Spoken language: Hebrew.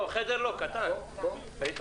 ננעלה